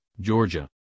georgia